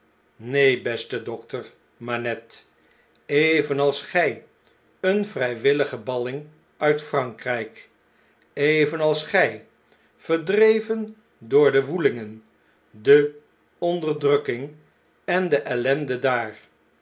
keen beste dokter manette evenals gij een vrjj willige balling uitfrankrjjk evenals gfl verdreven door de woelingen de onderdrukking en de ellende daar